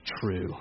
true